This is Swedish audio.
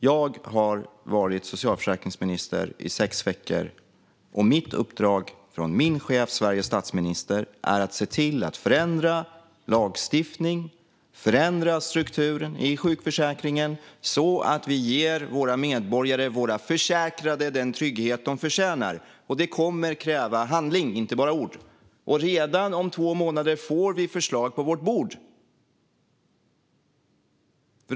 Jag har varit socialförsäkringsminister i sex veckor, och mitt uppdrag från min chef, Sveriges statsminister, är att se till att förändra lagstiftning och förändra strukturen i sjukförsäkringen så att vi ger våra medborgare, våra försäkrade, den trygghet de förtjänar. Det kommer att kräva handling och inte bara ord. Redan om två månader får vi förslag på vårt bord.